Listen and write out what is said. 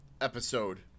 episode